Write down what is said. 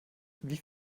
wie